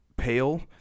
Pale